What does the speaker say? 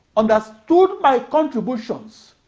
understood my contributions